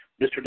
Mr